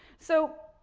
so,